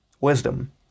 wisdom